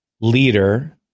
leader